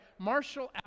Marshall